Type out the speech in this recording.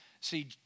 see